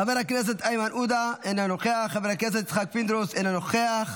חברת הכנסת טלי גוטליב, אינה נוכחת,